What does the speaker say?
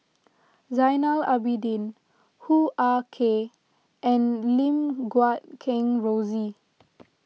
Zainal Abidin Hoo Ah Kay and Lim Guat Kheng Rosie